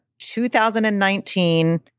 2019